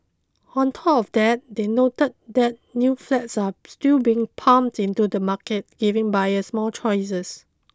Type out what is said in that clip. on top of that they noted that new flats are still being pumped into the market giving buyers more choices